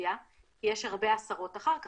מהאוכלוסייה כי יש הרבה הסרות אחר כך.